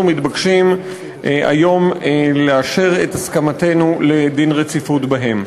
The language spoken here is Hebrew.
מתבקשים היום לאשר את הסכמתנו לדין רציפות בהם.